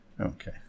Okay